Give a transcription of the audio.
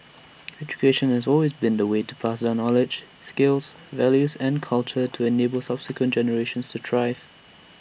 education has always been the way to pass down knowledge skills values and culture to enable subsequent generations to thrive